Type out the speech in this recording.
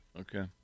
Okay